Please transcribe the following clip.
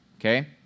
okay